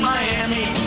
Miami